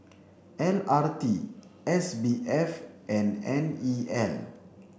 L R T S B F and N E L